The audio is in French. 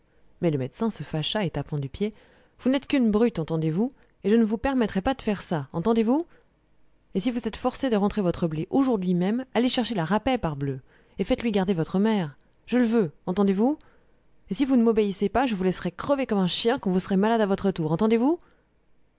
mais le médecin se fâcha et tapant du pied vous n'êtes qu'une brute entendez-vous et je ne vous permettrai pas de faire ça entendez-vous et si vous êtes forcé de rentrer votre blé aujourd'hui même allez chercher la rapet parbleu et faites-lui garder votre mère je le veux entendez-vous et si vous ne m'obéissez pas je vous laisserai crever comme un chien quand vous serez malade à votre tour entendez-vous